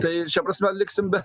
tai šia prasme liksim be